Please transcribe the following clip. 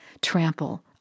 trample